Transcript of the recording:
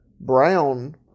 brown